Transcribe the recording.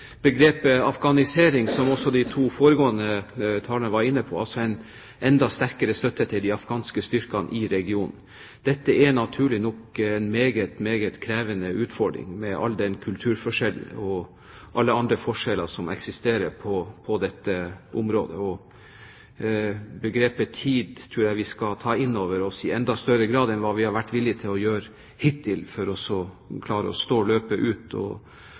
begrepet «afghanisering», som også de to foregående talerne var inne på – en enda sterkere støtte til de afghanske styrkene i regionen. Dette er naturlig nok en meget, meget krevende utfordring, med all den kulturforskjell og alle andre forskjeller som eksisterer på dette området. Begrepet «tid» tror jeg vi skal ta inn over oss i enda større grad enn hva vi har vært villige til å gjøre hittil, for å klare å stå løpet ut og